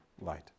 light